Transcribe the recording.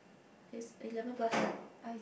it's eleven plus right